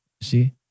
See